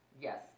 yes